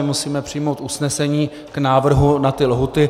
Musíme přijmout usnesení k návrhu na ty lhůty.